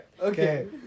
okay